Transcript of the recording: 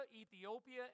Ethiopia